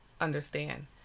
understand